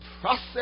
process